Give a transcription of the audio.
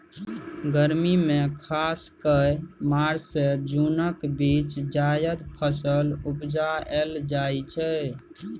गर्मी मे खास कए मार्च सँ जुनक बीच जाएद फसल उपजाएल जाइ छै